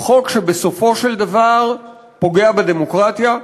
הוא חוק שבסופו של דבר פוגע בדמוקרטיה,